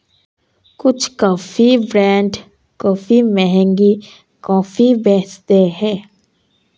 कुछ coffee brand काफी महंगी कॉफी बेचते हैं